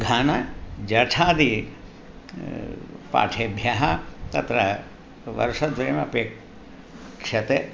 घन जटादि पाठेभ्यः तत्र वर्षद्वयमपेक्षते